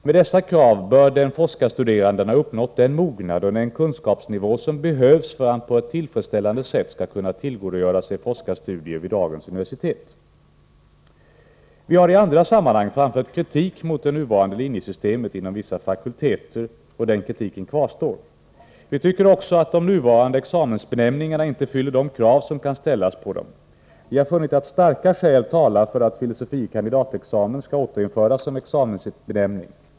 Med dessa krav bör den forskarstuderande ha uppnått den mognad och den kunskapsnivå som behövs för att han på ett tillfredsställande sätt skall kunna tillgodogöra sig forskarstudier vid dagens universitet. Vi har i andra sammanhang framfört kritik mot det nuvarande linjesystemet inom vissa fakulteter, och den kritiken kvarstår. Vi tycker också att de nuvarande examensbenämningarna inte fyller de krav som kan ställas på dem. Vi har funnit att starka skäl talar för att filosofie kandidatexamen skall återinföras som examensbenämning.